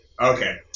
Okay